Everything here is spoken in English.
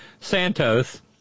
Santos